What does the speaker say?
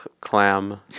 Clam